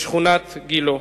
שכונת גילה.